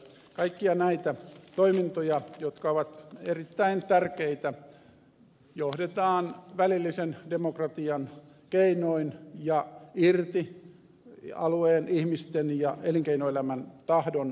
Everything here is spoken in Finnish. kaikkia näitä toimintoja jotka ovat erittäin tärkeitä johdetaan välillisen demokratian keinoin ja irti alueen ihmisten ja elinkeinoelämän tahdon suorasta muodostuksesta